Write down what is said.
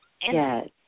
Yes